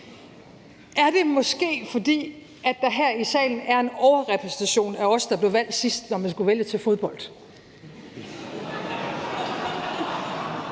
er det måske, fordi der her i salen er en overrepræsentation af os, der blev valgt sidst, når man skulle vælge hold til fodbold,